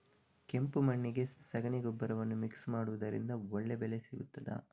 ಕೆಂಪು ಮಣ್ಣಿಗೆ ಸಗಣಿ ಗೊಬ್ಬರವನ್ನು ಮಿಕ್ಸ್ ಮಾಡುವುದರಿಂದ ಒಳ್ಳೆ ಬೆಳೆ ಸಿಗುತ್ತದಾ?